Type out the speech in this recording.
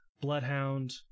Bloodhound